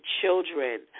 children